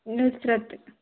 Nusrat